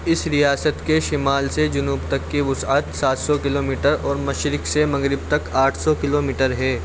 اس ریاست کے شمال سے جنوب تک کی وسعت سات سو کلومیٹر اور مشرق سے مغرب تک آٹھ سو کلومیٹر ہے